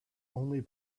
only